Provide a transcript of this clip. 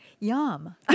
Yum